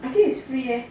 I think it's free eh